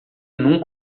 nunca